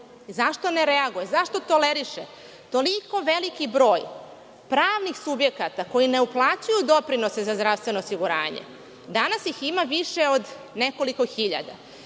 Zašto ne reaguje? Zašto toleriše toliko veliki broj pravnih subjekata koji ne uplaćuju doprinose za zdravstveno osiguranje? Danas ih ima više od nekoliko hiljada.